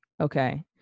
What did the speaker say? Okay